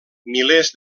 milers